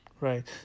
Right